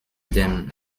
dem